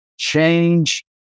change